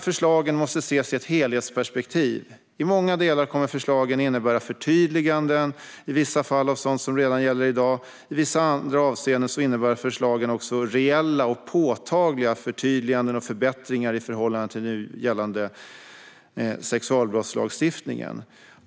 Förslagen måste ses i ett helhetsperspektiv. I många delar kommer förslagen att innebära förtydliganden, i vissa fall av sådant som gäller redan i dag, och i vissa andra avseenden innebär förslagen också reella och påtagliga förtydliganden och förbättringar i förhållande till den nu gällande sexualbrottslagstiftningen.